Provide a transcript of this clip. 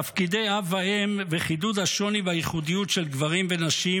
תפקידי אב ואם וחידוד השוני והייחודיות של גברים ונשים,